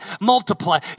multiply